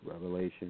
Revelation